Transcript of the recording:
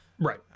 right